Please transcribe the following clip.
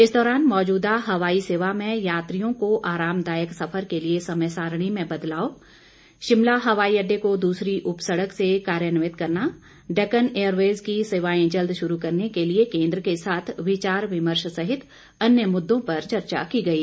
इस दौरान मौजूदा हवाई सेवा में यात्रियों को आराम दायक सफर के लिए समय सारिणी में बदलाव शिमला हवाई अड्डे को दूसरी उप सड़क से कार्यान्वित करना डेकन ऐयरवेज की सेवाएं जल्द शुरू करने के लिए केंद्र के साथ विचार विमर्श सहित अन्य मुद्दों पर चर्चा की गई